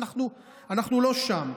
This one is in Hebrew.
אנחנו לא שם.